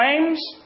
claims